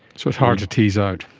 so it's hard to tease out.